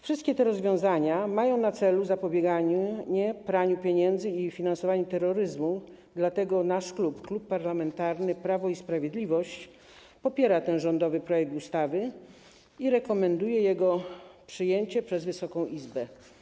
Wszystkie te rozwiązania mają na celu zapobieganie praniu pieniędzy i finansowaniu terroryzmu, dlatego nasz klub, Klub Parlamentarny Prawo i Sprawiedliwość, popiera ten rządowy projekt ustawy i rekomenduje jego przyjęcie przez Wysoką Izbę.